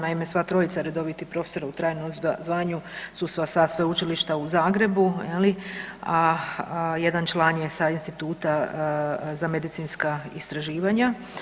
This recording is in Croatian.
Naime, sva trojica redovitih profesora u trajnom zvanju su sa Sveučilišta u Zagrebu, a jedan član je sa Instituta za medicinska istraživanja.